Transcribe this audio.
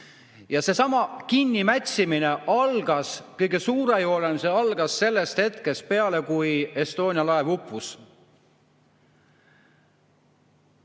Seesama kinnimätsimine algas kõige suurejoonelisemana sellest hetkest peale, kui Estonia laev uppus.